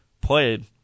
played